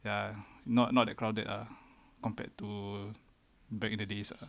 ya not not that crowded ah compared to back in the days ah